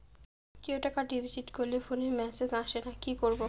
কেউ টাকা ডিপোজিট করলে ফোনে মেসেজ আসেনা কি করবো?